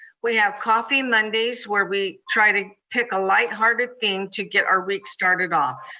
we have coffee mondays where we try to pick a lighthearted thing to get our week started off.